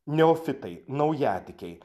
neofitai naujatikiai